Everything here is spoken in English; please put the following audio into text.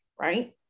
right